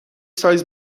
سایز